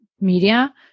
media